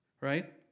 Right